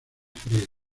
frías